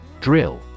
Drill